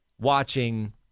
watching